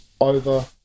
over